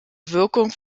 wirkung